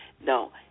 No